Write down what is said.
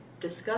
discuss